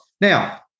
Now